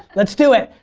let's do it.